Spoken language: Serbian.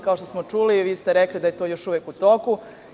Kao što smo čuli, vi ste rekli da je to još uvek u toku.